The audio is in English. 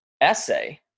essay